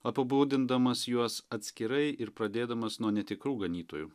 apibūdindamas juos atskirai ir pradėdamas nuo netikrų ganytojų